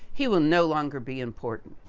he will no longer be important.